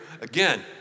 Again